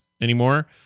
anymore